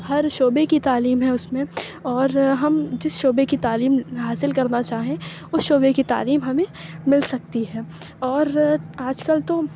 ہر شعبے کی تعلیم ہے اُس میں اور ہم جس شعبے کی تعلیم حاصل کرنا چاہیں اُس شعبے کی تعلیم ہمیں مل سکتی ہے اور آج کل تو